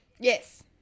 Yes